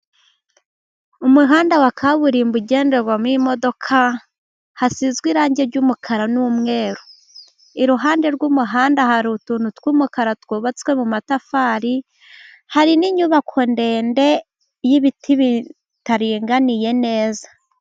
Umuhanda wa kaburimbo ugenderwamo imodoka, hasizwe irangi ry'umukara n'umweru. Iruhande rw'umuhanda hari utuntu tw'umukara twubatswe mu matafari, hari n'inyubako ndende y'ibiti bitaringaniye neza.